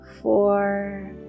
Four